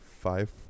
five